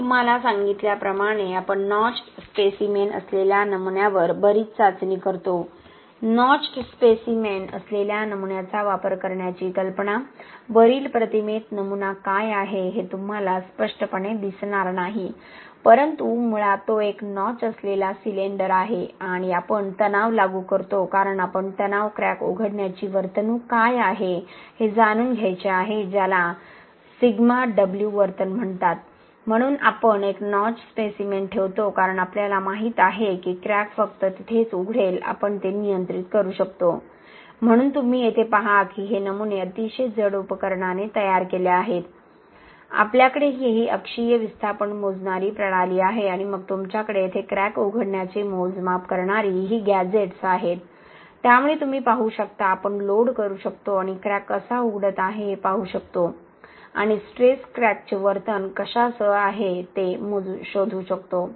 मी तुम्हाला सांगितल्याप्रमाणे आपण नॉच्ड स्पेसिमेन असलेल्या नमुन्यावर बरीच चाचणी करतो नॉच्ड स्पेसिमेन असलेल्या नमुन्याचा वापर करण्याची कल्पना वरील प्रतिमेत नमुना काय आहे हे तुम्हाला स्पष्टपणे दिसणार नाही परंतु मुळात तो एक नॉच असलेला सिलेंडर आहे आणि आपण तणाव लागू करतो कारण आपण तणाव क्रॅक उघडण्याची वर्तणूक काय आहे हे जाणून घ्यायचे आहे ज्याला σ w वर्तन म्हणतात म्हणून आपण एक नॉच्ड स्पेसिमेन ठेवतो कारण आपल्याला माहित आहे की क्रॅक फक्त तिथेच उघडेल आपण ते नियंत्रित करू शकतो म्हणून तुम्ही येथे पहा की हे नमुने अतिशय जड उपकरणाने तयार केले आहेत आपल्याकडे ही अक्षीय विस्थापन मोजणारी प्रणाली आहे आणि मग तुमच्याकडे येथे क्रॅक उघडण्याचे मोजमाप करणारी ही गॅझेट्स आहेत त्यामुळे तुम्ही पाहू शकता आपण लोड लागू करू शकतो आणि क्रॅक कसा उघडत आहे ते पाहू शकतो आणि स्ट्रेस क्रॅकचे वर्तन कशासह आहे ते शोधू शकतो